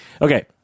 Okay